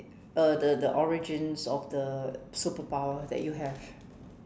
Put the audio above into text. uh the the origins of the superpower that you have